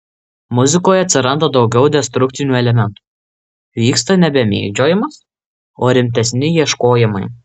muzikoje atsiranda daugiau destrukcinių elementų vyksta nebe mėgdžiojimas o rimtesni ieškojimai